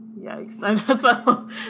Yikes